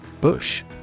Bush